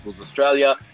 australia